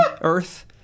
earth